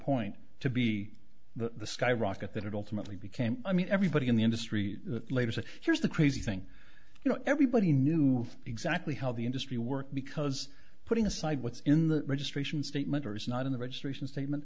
point to be the skyrocket that it ultimately became i mean everybody in the industry later said here's the crazy thing you know everybody knew exactly how the industry worked because putting aside what's in the registration statement or is not in the registration statement